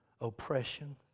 Oppression